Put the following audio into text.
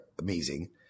amazing